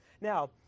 Now